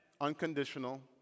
Unconditional